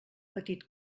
petit